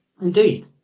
indeed